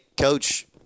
coach